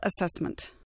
assessment